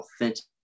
authentic